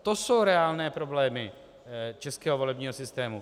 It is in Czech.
To jsou reálné problémy českého volebního systému.